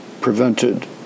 prevented